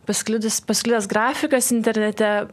pasklidusi pasklidęs grafikas internete